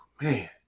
man